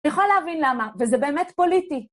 יכול להבין למה, וזה באמת פוליטי.